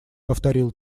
повторил